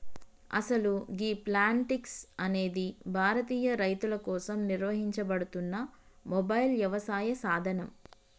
అసలు గీ ప్లాంటిక్స్ అనేది భారతీయ రైతుల కోసం నిర్వహించబడుతున్న మొబైల్ యవసాయ సాధనం